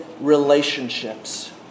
relationships